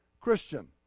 Christian